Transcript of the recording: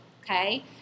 okay